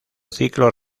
ciclo